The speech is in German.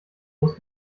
muss